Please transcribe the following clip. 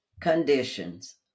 conditions